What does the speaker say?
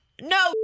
No